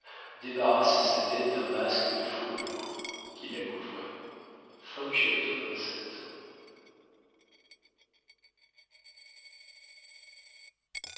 débarrasser sa tête d'un masque de fourrure qui la couvrait